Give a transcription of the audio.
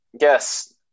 yes